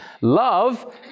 love